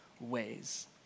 ways